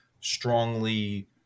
strongly